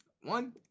One